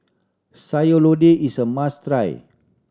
Sayur Lodeh is a must try